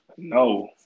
No